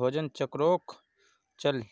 भोजन चक्रोक चलः